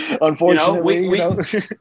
unfortunately